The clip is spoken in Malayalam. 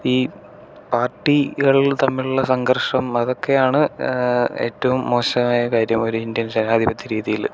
ഈ പാർട്ടികൾ തമ്മിലുള്ള സംഘർഷം അതൊക്കെയാണ് ഏറ്റവും മോശമായ കാര്യം ഒരു ഇന്ത്യൻ ജനാധിപത്യ രീതിയില്